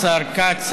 השר כץ,